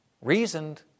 Reasoned